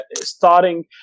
starting